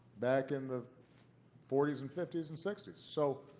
back in the forty s and fifty s and sixty so